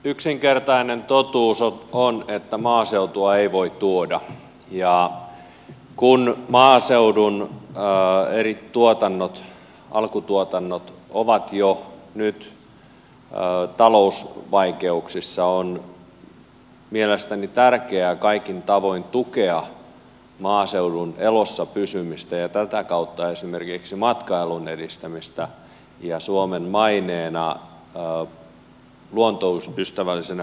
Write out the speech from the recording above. yksinkertainen totuus on että maaseutua ei voi tuoda ja kun maaseudun eri alkutuotannot ovat jo nyt talousvaikeuksissa on mielestäni tärkeää kaikin tavoin tukea maaseudun elossa pysymistä ja tätä kautta esimerkiksi matkailun edistämistä ja suomen mainetta luontoystävällisenä ja puhtaana maana